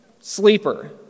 sleeper